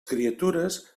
criatures